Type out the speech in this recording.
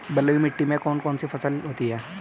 बलुई मिट्टी में कौन कौन सी फसल होती हैं?